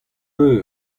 eur